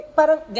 parang